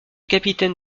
capitaine